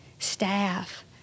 staff